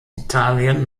italien